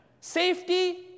Safety